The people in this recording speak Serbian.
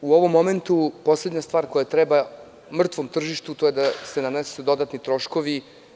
U ovom momentu poslednja stvar koja treba mrtvom tržištu to je da se nanesu dodatni troškovi.